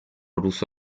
russo